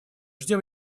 ждем